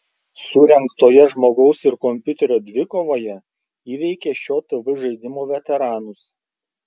surengtoje žmogaus ir kompiuterio dvikovoje įveikė šio tv žaidimo veteranus